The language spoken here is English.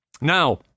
Now